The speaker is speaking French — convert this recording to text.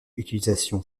utilisation